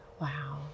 Wow